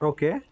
Okay